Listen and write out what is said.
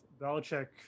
Belichick